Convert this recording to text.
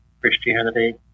Christianity